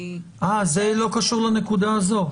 זה לא קשור לנקודה הזאת.